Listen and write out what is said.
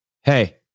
Hey